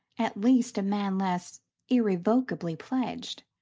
at least a man less irrevocably pledged.